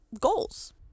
goals